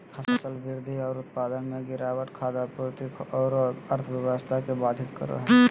फसल वृद्धि और उत्पादन में गिरावट खाद्य आपूर्ति औरो अर्थव्यवस्था के बाधित करो हइ